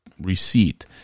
receipt